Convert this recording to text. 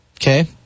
Okay